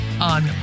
On